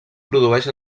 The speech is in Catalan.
produeix